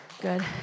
Good